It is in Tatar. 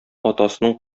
атасының